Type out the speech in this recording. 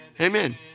Amen